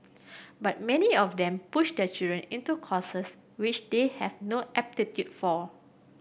but many of them push their children into courses which they have no aptitude for